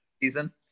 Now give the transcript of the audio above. season